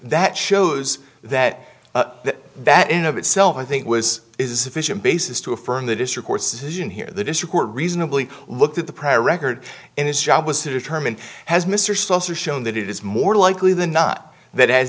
that shows that that that in of itself i think was a sufficient basis to affirm that it's your courses in here the district were reasonably looked at the prior record and his job was to determine has mr saucer shown that it is more likely than not that as